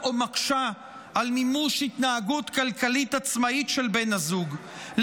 או מקשה מימוש התנהגות כלכלית עצמאית של בן הזוג,